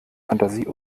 fantasie